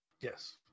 Yes